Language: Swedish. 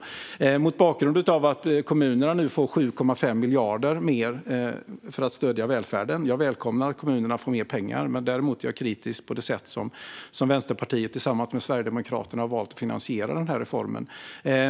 Jag ställer min fråga mot bakgrund av att kommunerna nu får 7,5 miljarder mer för att stödja välfärden. Jag välkomnar att kommunerna får mer pengar. Däremot är jag kritisk mot det sätt som Vänsterpartiet tillsammans med Sverigedemokraterna har valt att finansiera reformen på.